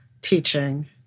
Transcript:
teaching